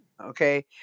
okay